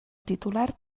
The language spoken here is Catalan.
titular